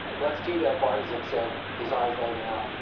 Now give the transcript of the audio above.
let's do that, barzyk said, his eyes lighting up.